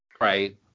Right